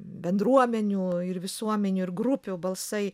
bendruomenių ir visuomenių ir grupių balsai